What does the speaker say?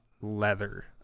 leather